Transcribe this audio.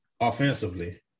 offensively